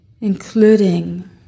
including